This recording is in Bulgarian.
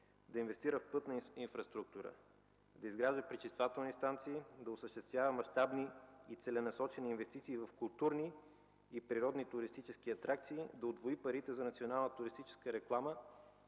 да инвестира в пътна инфраструктура, да изгражда пречиствателни станции, да осъществява мащабни и целенасочени инвестиции в културни и природни туристически атракции, да удвои парите за национална туристическа реклама.